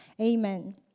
Amen